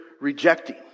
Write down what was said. rejecting